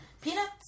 Peanuts